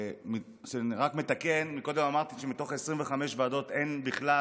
אני רק מתקן, קודם אמרתי שמתוך 25 ועדות אין בכלל